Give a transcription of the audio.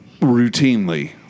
routinely